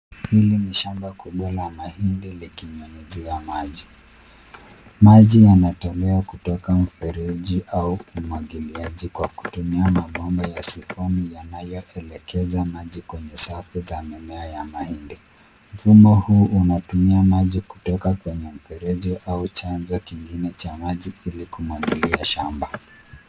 Hili ni shamba kubwa la mahindi likinyunyuziwa maji. Maji yanatolewa kutoka mfereji au umwagiliaji kwa kutumia mabomba ya sikomi yanayoelekeza maji kwenye safu za mimea ya mahindi. Mfumo huu unatumia maji kutoka kwenye mfereji au chanjo kingine cha maji ili kumwagilia shamba.